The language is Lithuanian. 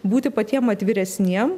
būti patiem atviresniem